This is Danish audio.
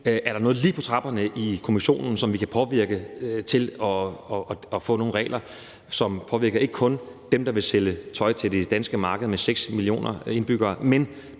Er der noget lige på trapperne i Kommissionen, som vi kan påvirke for at få nogle regler, som påvirker ikke kun dem, der vil sælge tøj til det danske marked med 6 millioner indbyggere, men